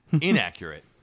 inaccurate